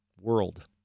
world